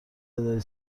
تعدادی